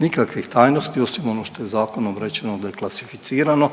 nikakvih tajnosti, osim onog što je zakonom određeno da je klasificirano,